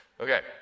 Okay